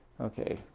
okay